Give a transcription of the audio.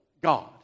God